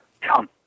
come